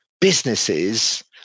businesses